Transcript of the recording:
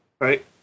right